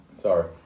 Sorry